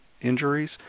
injuries